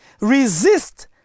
resist